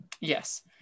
Yes